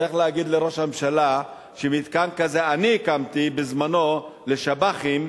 צריך להגיד לראש הממשלה שמתקן כזה אני הקמתי בזמנו לשב"חים,